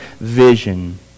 vision